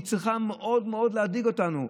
והיא צריכה מאוד מאוד להדאיג אותנו.